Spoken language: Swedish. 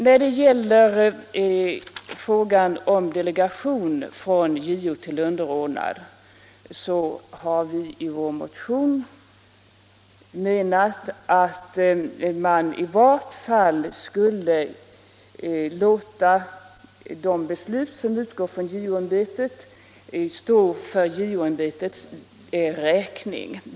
När det gäller frågan om delegation från chef-JO till underordnad har vi i vår motion framhållit att man i varje fall skulle låta de beslut som utgår från JO-ämbetet stå för ämbetets räkning.